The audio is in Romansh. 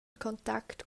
contact